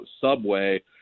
Subway